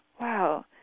Wow